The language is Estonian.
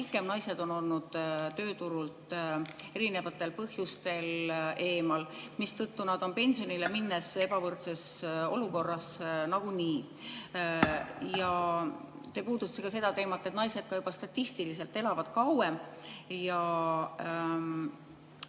naised on olnud tööturult erinevatel põhjustel eemal, mistõttu nad on pensionile minnes ebavõrdses olukorras nagunii. Te puudutasite ka seda teemat, et statistiliselt naised elavad kauem.